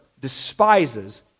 despises